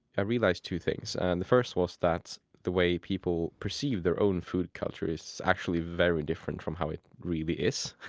i realized two things. and the first was that the way people perceive their own food culture is actually very different from how it really is.